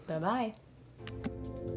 Bye-bye